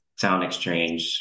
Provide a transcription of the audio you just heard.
SoundExchange